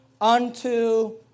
unto